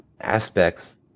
aspects